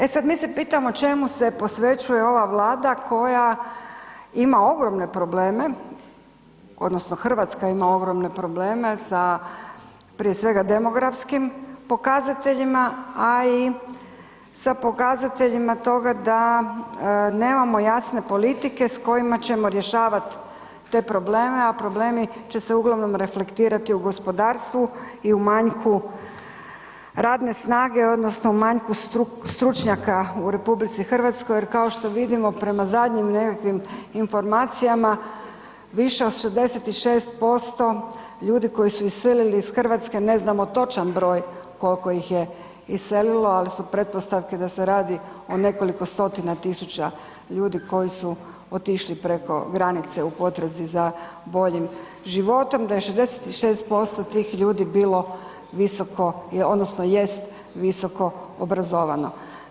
E sad mi se pitamo čemu se posvećuje ova Vlada koja ima ogromne probleme, odnosno Hrvatska ima ogromne probleme sa prije svega demografskim pokazateljima a i sa pokazateljima toga da nemamo jasne politike s kojima ćemo rješavat te probleme a problemi će se uglavnom reflektirati u gospodarstvu i u manjku radne snage odnosno manjku stručnjaka u RH jer kao što vidimo, prema zadnjim nekakvim informacijama, više od 66% ljudi koji su iselili iz Hrvatske, ne znamo točan broj koliko je iselilo ali su pretpostavke da se radi o nekoliko stotina tisuća ljudi koji su otišli preko granice u potrazi za boljim životom, da je 66% tih ljudi bilo visoko odnosno jest visoko obrazovano.